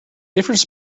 different